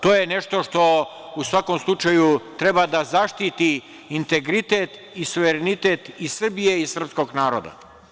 To je nešto što u svakom slučaju treba da zaštiti integritet i suverenitet i Srbije i srpskog naroda.